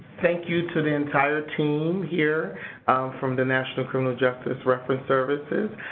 thank you to the entire team here from the national criminal justice reference services.